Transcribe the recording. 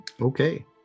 Okay